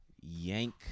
yank